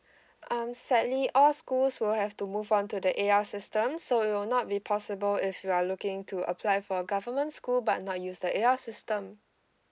um sadly all schools will have to move on to the A_L system so it will not be possible if you are looking to apply for government school but not use the A_L system